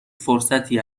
فرصتی